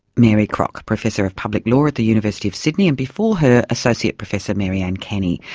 mary crock, professor of public law at the university of sydney and before her associate professor mary anne kenny,